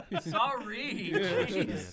sorry